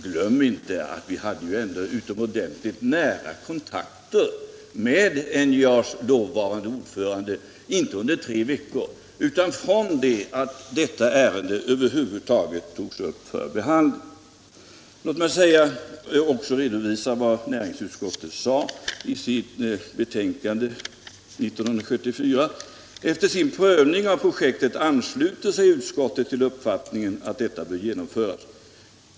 Glöm inte att vi ändå hade utomordentligt nära kontakter med NJA:s dåvarande ordförande — inte under tre veckor utan från det att detta ärende över huvud taget togs upp till behandling. Låt mig citera ytterligare av vad näringsutskottet sade i sitt betänkande 1974: ”Efter sin prövning av projektet ansluter sig utskottet till uppfattningen att detta bör genomföras.